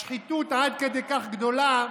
השחיתות עד כדי כך גדולה,